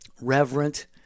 reverent